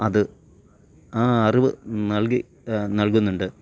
അത് ആ അറിവ് നൽകി നൽകുന്നുണ്ട്